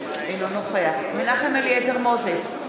אינו נוכח מנחם אליעזר מוזס,